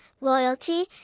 loyalty